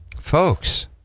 folks